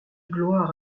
gloire